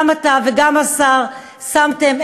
גם אתה וגם השר שמתם,